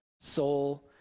soul